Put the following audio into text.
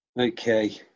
okay